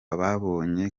babonye